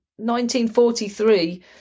1943